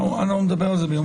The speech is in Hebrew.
אנחנו נדבר על זה ביום ראשון.